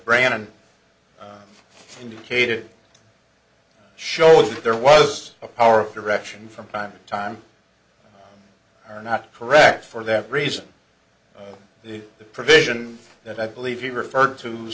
brannon indicated shows that there was a power of direction from time to time or not correct for that reason the the provision that i believe you referred to